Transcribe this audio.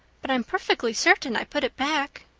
but i'm perfectly certain i put it back.